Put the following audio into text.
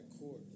court